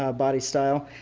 ah body style.